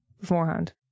beforehand